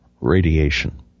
radiation